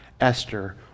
esther